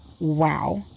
wow